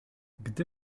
gdy